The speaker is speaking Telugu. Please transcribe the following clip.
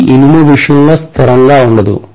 ఇది ఇనుము విషయంలో స్థిరంగా ఉండదు